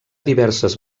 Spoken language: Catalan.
diverses